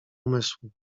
umysłu